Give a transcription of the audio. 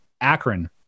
Akron